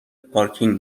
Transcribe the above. پارکینگ